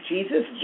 Jesus